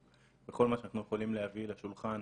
בכל מה שאנחנו יכולים להביא לשולחן,